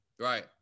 Right